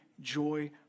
joy